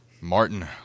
Martin